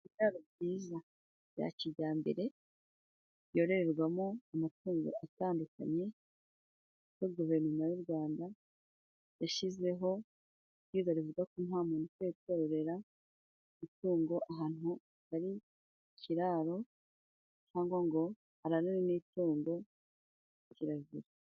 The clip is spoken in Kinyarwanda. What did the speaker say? Ibiraro byiza bya cijyambere byororerwamo amapfundo atandukanye, nk'uko guverinoma y'u rwanda yashyizeho ibwiriza rivuga ko nta muntu ukwiye korerera itungo ahantu hatari ikiraro, cyangwa ngo ararane n'itungo kirazira.